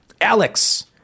Alex